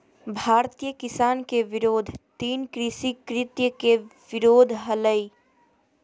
भारतीय किसान के विरोध तीन कृषि कृत्य के विरोध हलय